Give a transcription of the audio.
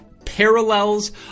parallels